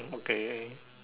okay